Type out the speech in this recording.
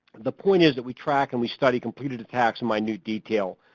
the point is that we track and we study completed attacks in minute detail.